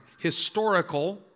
Historical